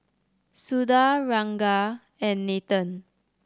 Suda Ranga and Nathan